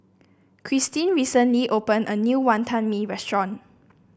Kristin recently opened a new Wantan Mee restaurant